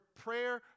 prayer